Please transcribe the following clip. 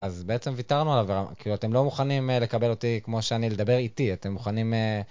אז בעצם ויתרנו עליו, כאילו אתם לא מוכנים לקבל אותי כמו שאני לדבר איתי, אתם מוכנים...